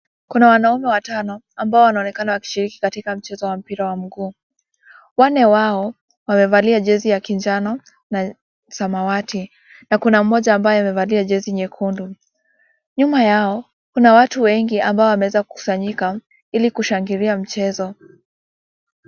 Kuna wanaume watano ambao wanaonekana wanashiriki katika mchezo wa mpira wa mguu. Wanne wao wamevalia jezi ya kijano na samawati na kuna mmoja ambaye amevalia jezi nyekundu. Nyuma yao kuna watu wengi ambao wameweza kukusanyika ili kushangilia mchezo .